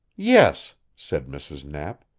yes, said mrs. knapp.